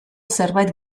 zerbait